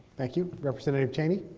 thank you. representative cheney.